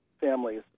families